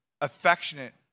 affectionate